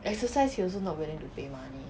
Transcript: exercise he also not willing to pay money